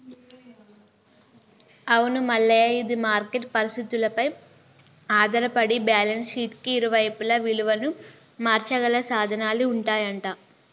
అవును మల్లయ్య ఇది మార్కెట్ పరిస్థితులపై ఆధారపడి బ్యాలెన్స్ షీట్ కి ఇరువైపులా విలువను మార్చగల సాధనాలు ఉంటాయంట